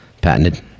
patented